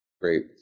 Great